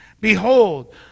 Behold